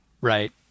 Right